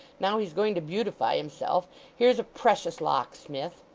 now he's going to beautify himself here's a precious locksmith